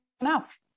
enough